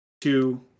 two